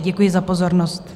Děkuji za pozornost.